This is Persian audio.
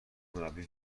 مربی